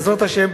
בעזרת השם,